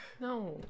no